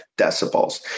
decibels